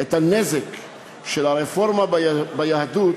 את הנזק של הרפורמה ביהדות,